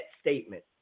statement